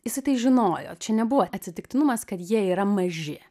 jisai tai žinojo čia nebuvo atsitiktinumas kad jie yra maži